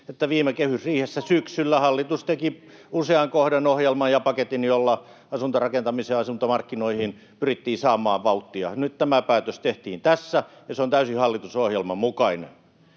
että viime kehysriihessä syksyllä hallitus teki usean kohdan ohjelman ja paketin, jolla asuntorakentamiseen ja asuntomarkkinoihin pyrittiin saamaan vauhtia. Nyt tämä päätös tehtiin tässä, ja se on täysin hallitusohjelman mukainen.